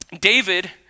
David